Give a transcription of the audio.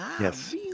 Yes